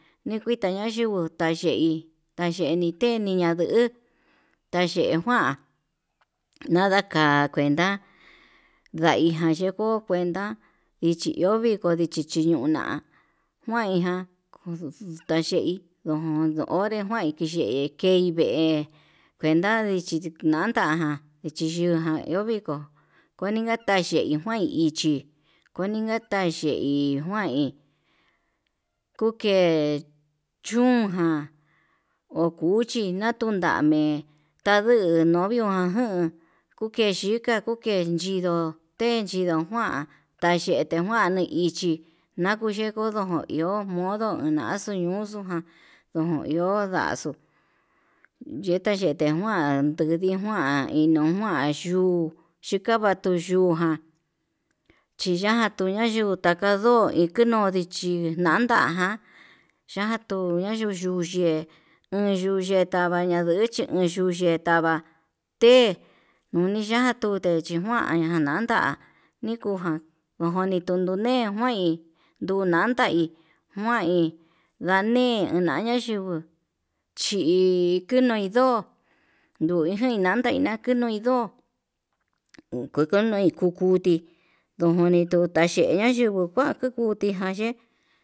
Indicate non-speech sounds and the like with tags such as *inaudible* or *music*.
Nikuita nayungu taye'í, tayeni teñiña yuu tayee njuan nadaka kuenta ndaiján yiko kuenta ichi iho dichichi ñona kuanin ján kotayei ndojón onré juanki yee key vee, kuenta dichi navanján chiyujan yo'o viko kuenta natayeí, njuan ichi kuenta ján tayei njuain kuke'e chún ján ho cuchi tundami tandu novio ján jun kuke yika'a kuken yindo ten yindo njuan, tayete njuani ichi nakuye kundon iho modo ñaxuu ñuxuu ján ohi ndaxuu ye'e yete njuan nduu ndijuan inujuan, yuu chikava tuu yuján chiya'a tuña yuu taka ndo'o ikeno'o ndichi nandaján yatuu ñayuyuye enyuye tavaña nduchi iin yuu yee tava te'é, une ya'a tute nguaña nada nikuján odono ntunuñe muai ndunanda hí muoi ndanii ndana yunguu, chi kunoi ndo'o n *hesitation* ndai nakunoi nindo nakukunoi kujuti ndonjoni tota'a naye'e nayungu kuan kututi na'a ye'e.